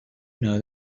know